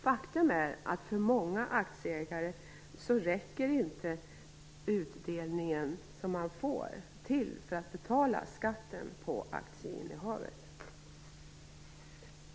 Faktum är att för många aktieägare räcker inte den utdelning de får till att betala skatten på aktieinnehavet.